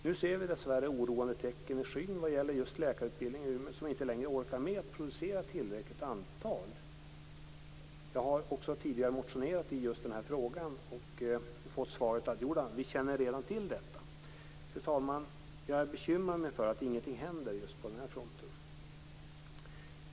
Nu ser vi dessvärre oroande tecken i skyn vad gäller just läkarutbildningen i Umeå, som inte längre orkar med att producera tillräckligt antal läkare. Jag har tidigare motionerat i den här frågan och fått svaret: Jodå, vi känner redan till detta. Fru talman! Jag är bekymrad över att ingenting händer på den här fronten.